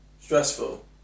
stressful